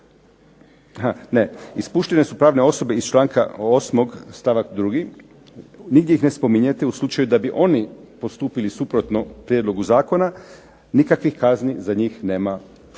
ispuštene su pravne osobe iz članka 8. stavak 2. Nigdje ih ne spominjete. U slučaju da bi oni postupili suprotno prijedlogu zakona nikakvih kazni za njih nema. Čini